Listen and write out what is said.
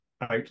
out